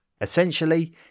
Essentially